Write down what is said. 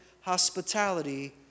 hospitality